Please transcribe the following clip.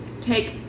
take